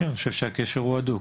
הקשר הוא הדוק.